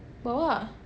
bawa